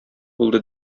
булды